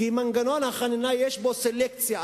כי מנגנון החנינה, יש בו סלקציה.